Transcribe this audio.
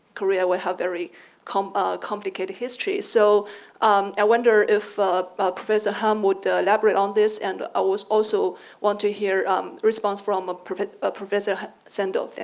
korea will have very ah complicated history. so i wonder if professor hahm would elaborate on this. and i was also want to hear um response from a professor professor sandel.